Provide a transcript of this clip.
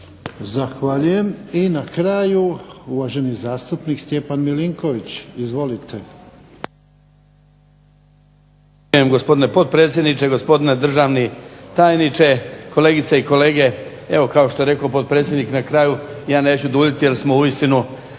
Zahvaljujem. I na kraju uvaženi zastupnik Stjepan Milinković, izvolite.